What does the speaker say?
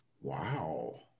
Wow